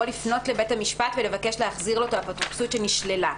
לפנות לבית המשפט ולבקש להחזיר לו את האפוטרופסות שנשללה.